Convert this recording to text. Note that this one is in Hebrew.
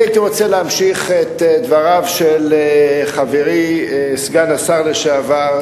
אני הייתי רוצה להמשיך את דבריו של חברי סגן השר לשעבר,